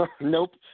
Nope